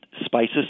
spices